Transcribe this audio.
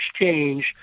exchange